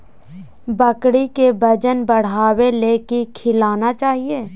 बकरी के वजन बढ़ावे ले की खिलाना चाही?